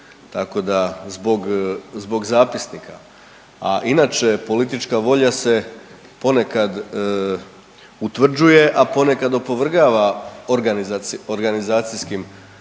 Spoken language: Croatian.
zbog zapisnika. A inače politička volja se ponekad utvrđuje, a ponekad opovrgava organizacijskim stvarima.